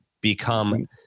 become